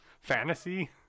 fantasy